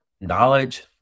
knowledge